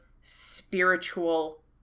spiritual